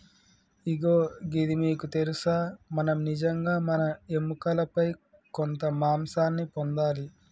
ఇగో గిది మీకు తెలుసా మనం నిజంగా మన ఎముకలపై కొంత మాంసాన్ని పొందాలి